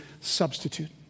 substitute